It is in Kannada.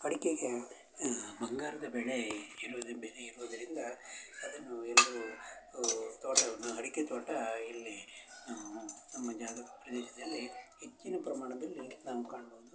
ಅಡಕೆಗೆ ಬಂಗಾರದ ಬೆಳೆ ಇರೋದು ಬೆಲೆ ಇರೋದರಿಂದ ಅದನ್ನು ಎಲ್ಲರು ತೋಟವನ್ನು ಅಡಕೆ ತೋಟ ಇಲ್ಲಿ ನಮ್ಮ ಜಾಗ ಪ್ರದೇಶದಲ್ಲಿ ಹೆಚ್ಚಿನ ಪ್ರಮಾಣದಲ್ಲಿ ನಾವು ಕಾಣ್ಬೋದು